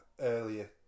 earlier